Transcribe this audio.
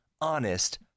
Honest